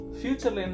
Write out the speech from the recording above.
future